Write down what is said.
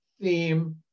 theme